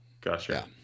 Gotcha